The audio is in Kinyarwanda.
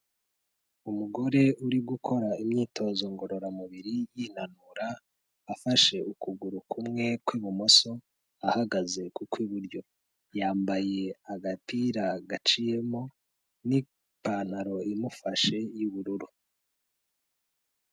Umugore uri gukora imyitozo ngororamubiri yinanura afashe ukuguru kumwe kw'ibumoso ahagaze ku kw'iburyo, yambaye agapira gaciyemo n'ipantaro imufashe y'ubururu.